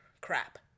crap